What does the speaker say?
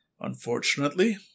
Unfortunately